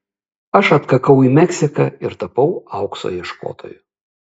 aš atkakau į meksiką ir tapau aukso ieškotoju